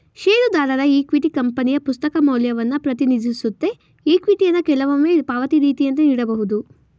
ಷೇರುದಾರರ ಇಕ್ವಿಟಿ ಕಂಪನಿಯ ಪುಸ್ತಕ ಮೌಲ್ಯವನ್ನ ಪ್ರತಿನಿಧಿಸುತ್ತೆ ಇಕ್ವಿಟಿಯನ್ನ ಕೆಲವೊಮ್ಮೆ ಪಾವತಿ ರೀತಿಯಂತೆ ನೀಡಬಹುದು